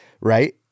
right